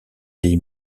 des